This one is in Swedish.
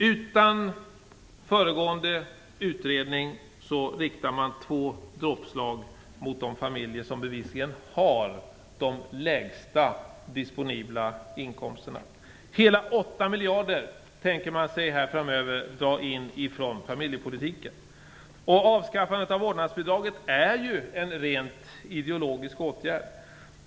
Utan föregående utredning riktas två dråpslag mot de familjer som bevisligen har de lägsta disponibla inkomsterna. Man tänker framöver dra in hela 8 miljarder från familjepolitiken. Avskaffandet av vårdnadsbidraget är en rent ideologisk åtgärd.